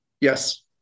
Yes